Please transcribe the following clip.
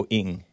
ing